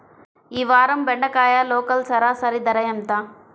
ఈ వారం బెండకాయ లోకల్ సరాసరి ధర ఎంత?